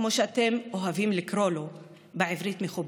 כמו שאתם אוהבים לקרוא לו בעברית מכובסת,